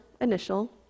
initial